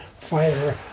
fighter